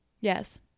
Yes